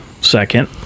second